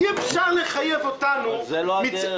אי אפשר לחייב אותנו --- זה לא הדרך,